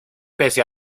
pese